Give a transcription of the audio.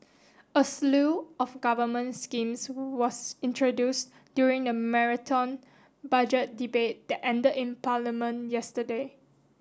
a slew of government schemes was introduced during the marathon Budget Debate that ended in Parliament yesterday